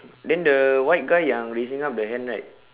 then the white guy yang raising up the hand right